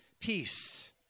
peace